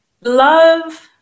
love